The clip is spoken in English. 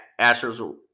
Astros